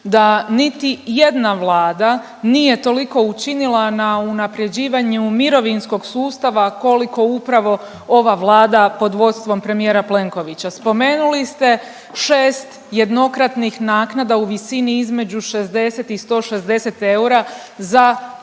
da niti jedna Vlada nije toliko učinila na unapređivanju mirovinskog sustava koliko upravo ova Vlada pod vodstvom premijera Plenkovića. Spomenuli ste 6 jednokratnih naknada u visini između 60 i 160 eura za 700